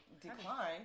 Decline